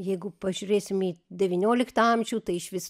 jeigu pažiūrėsime į devynioliktą amžių tai išvis